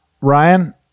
ryan